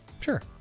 Sure